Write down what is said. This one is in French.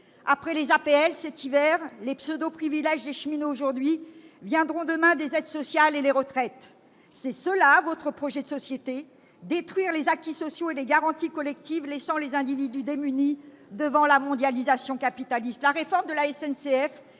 Après les APL cet hiver et les pseudo-privilèges des cheminots aujourd'hui, viendront demain des aides sociales et les retraites. C'est cela votre projet de société : détruire les acquis sociaux et les garanties collectives en laissant les individus démunis devant la mondialisation capitaliste. La réforme de la SNCF